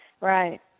Right